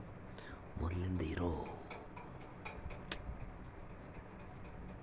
ಮೊದ್ಲಿಂದ ಬಂದಿರೊ ಕೃಷಿ ವಿಕಾಸ ಯೋಜನೆಯಿಂದ ನಮ್ಮ ಕುಟುಂಬಕ್ಕ ಮೂರು ವರ್ಷಕ್ಕೊಂದಪ್ಪ ಐವತ್ ಸಾವ್ರ ರೂಪಾಯಿನ ನೆರವಿನ ರೀತಿಕೊಡುತ್ತಾರ